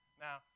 Now